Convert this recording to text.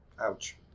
Ouch